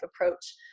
approach